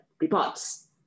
reports